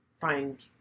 find